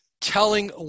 telling